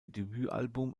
debütalbum